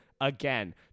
again